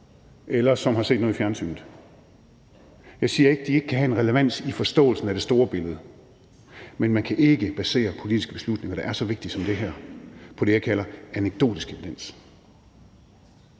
eller som har set noget i fjernsynet. Jeg siger ikke, at de ikke kan have en relevans i forståelsen af det store billede, men man kan ikke basere politiske beslutninger, der er så vigtige som det her, på det, jeg kalder anekdotisk evidens.